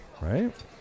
right